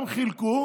גם חילקו